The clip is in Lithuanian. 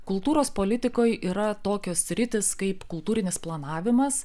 kultūros politikoje yra tokios sritys kaip kultūrinis planavimas